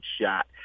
shot